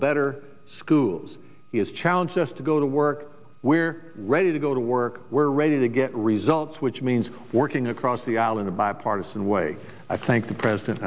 better schools is challenge us to go to work where ready to go to work we're ready to get results which means working across the aisle in a bipartisan way i thank the president